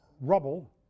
rubble